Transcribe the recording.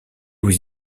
aux